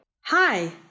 Hi